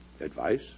Advice